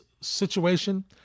situation